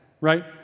right